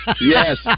Yes